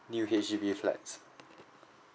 new H_D_B flats